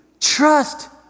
Trust